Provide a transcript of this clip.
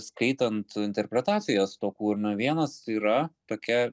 skaitant interpretacijas to kūrinio vienas yra tokia